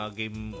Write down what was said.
game